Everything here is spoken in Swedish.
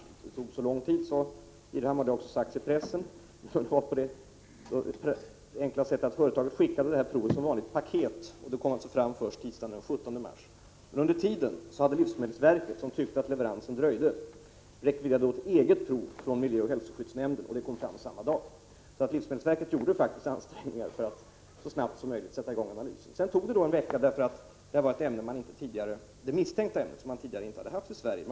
Att det tog så lång tid som Ingbritt Irhammar säger och som också har sagts i pressen berodde på att företaget skickade provet som vanligt paket. Det kom alltså fram först tisdagen den 17 mars. Men under tiden hade livsmedelsverket, som tyckte att leveransen dröjde, rekvirerat ett eget prov från miljöoch hälsoskyddsnämnden, och det kom fram samma dag. Livsmedelsverket gjorde faktiskt ansträngningar för att så snabbt som möjligt sätta i gång med analysen. Sedan tog det en vecka därför att det misstänkta ämnet var ett ämne som tidigare inte funnits i Sverige.